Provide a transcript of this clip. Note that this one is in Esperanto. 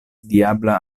diabla